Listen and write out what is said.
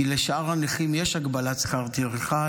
כי לשאר הנכים יש הגבלת שכר טרחה,